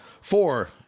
Four